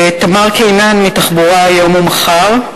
לתמר קינן מ"תחבורה היום ומחר",